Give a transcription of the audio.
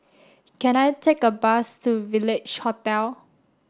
can I take a bus to Village Hotel